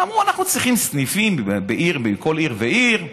אמרו, אנחנו צריכים סניפים בכל עיר ועיר,